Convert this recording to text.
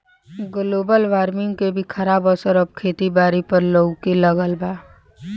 global warming के भी खराब असर अब खेती बारी पर लऊके लगल बा